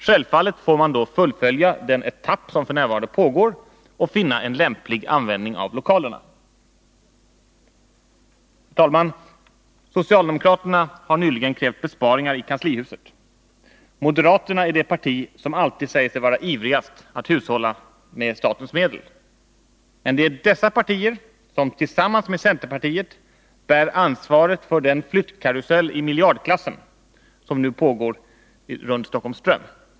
Självfallet får man då fullfölja den etapp som f. n. pågår och finna en lämplig användning av lokalerna. Herr talman! Socialdemokraterna har nyligen krävt besparingar i kanslihuset. Moderaterna är det parti som alltid säger sig vara ivrigast att hushålla med statens medel. Men det är dessa partier som tillsammans med centerpartiet bär ansvaret för den flyttkarusell i miljardklassen som nu pågår runt Stockholms ström.